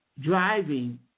Driving